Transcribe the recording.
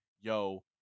yo